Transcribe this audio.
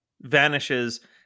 vanishes